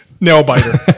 nail-biter